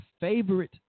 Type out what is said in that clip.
favorite